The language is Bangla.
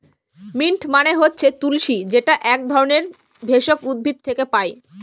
মিন্ট মানে হচ্ছে তুলশী যেটা এক ধরনের ভেষজ উদ্ভিদ থেকে পায়